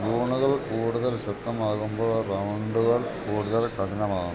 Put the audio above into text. തൂണുകൾ കൂടുതൽ ശക്തമാകുമ്പോൾ റൗണ്ടുകൾ കൂടുതൽ കഠിനമാവുന്നു